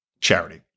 charity